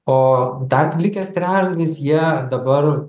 o dar likęs trečdalis jie dabar